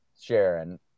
Sharon